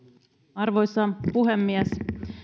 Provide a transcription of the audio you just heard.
arvoisa puhemies